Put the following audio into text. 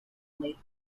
late